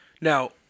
Now